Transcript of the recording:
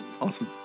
awesome